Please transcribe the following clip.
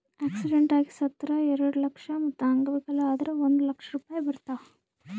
accident ಆಗಿ ಸತ್ತುರ್ ಎರೆಡ ಲಕ್ಷ, ಮತ್ತ ಅಂಗವಿಕಲ ಆದುರ್ ಒಂದ್ ಲಕ್ಷ ರೂಪಾಯಿ ಬರ್ತಾವ್